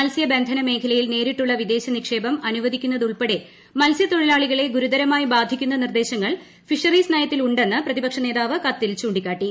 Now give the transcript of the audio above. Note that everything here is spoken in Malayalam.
മൽസ്യ ബന്ധന മേഖലയിൽ നേരിട്ടുള്ള വിദേശ നിക്ഷേപം അനുവദിക്കന്നതുൾപ്പെടെ മൽസൃത്തൊഴിലാളികളെ ഗുരുതരമായ ബാധിക്കുന്ന നിർദേശങ്ങൾ ഫിഷറീസ് നയത്തിൽ ഉണ്ടെന്ന് പ്രതിപക്ഷനേതാവ് കത്തിൽ ചൂണ്ടിക്കാട്ടി